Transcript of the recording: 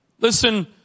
Listen